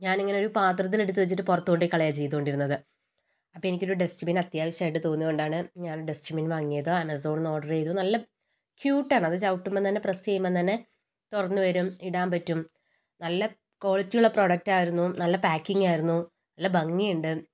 ഞാനിങ്ങനെ ഒരു പാത്രത്തില് എടുത്ത് വച്ചിട്ട് പുറത്ത് കൊണ്ട് പോയി കളയുക ചെയ്തോണ്ടിരുന്നത് അപ്പം എനിക്കൊരു ഡസ്റ്റ് ബിൻ അത്യാവശ്യമായിട്ട് തോന്നിയ കൊണ്ടാണ് ഞാൻ ഡസ്റ്റ് ബിൻ വാങ്ങിയത് ആമസോൺന്ന് ഓർഡറ് ചെയ്തു നല്ല ക്യൂട്ടാണ് അത് ചവിട്ടുമ്പം തന്നെ പ്രസ് ചെയ്യുമ്പ തന്നെ തൊറന്ന് വരും ഇടാൻ പറ്റും നല്ല ക്വാളിറ്റി ഉള്ള പ്രോഡക്റ്റായിരുന്നു നല്ല പാക്കിങ് ആയിരുന്നു നല്ല ഭംഗിയുണ്ട്